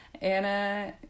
Anna